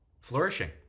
flourishing